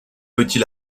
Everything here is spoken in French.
petit